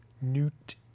Newt